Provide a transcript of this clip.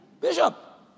bishop